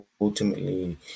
Ultimately